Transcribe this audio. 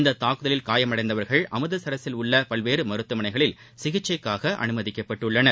இந்த தாக்குதலில் காயமடைந்தவர்கள் அமிர்தசரஸில் உள்ள பல்வேறு மருத்துவமனைகளில் சிகிச்சைக்காக அனுமதிக்கப்பட்டுள்ளனர்